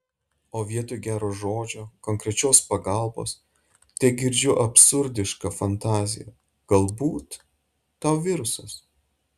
o vietoj gero žodžio konkrečios pagalbos tegirdžiu absurdišką fantaziją galbūt tau virusas